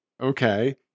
Okay